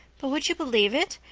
but would you believe it?